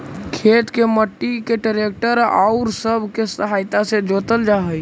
खेत के मट्टी के ट्रैक्टर औउर सब के सहायता से जोतल जा हई